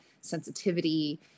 sensitivity